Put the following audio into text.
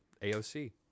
AOC